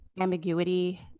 ambiguity